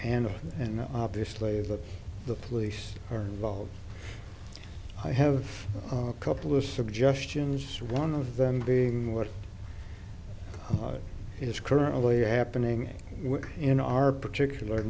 hand and obviously what the police are involved i have a couple of suggestions one of them being what is currently happening in our particular